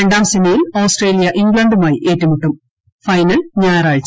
രണ്ടാം സെമിയിൽ ഓസ്ട്രേലിയ ഇംഗ്ലണ്ടുമായി ഏറ്റുമുട്ടും ഫൈനൽ ഞായറാഴ്ച